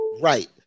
Right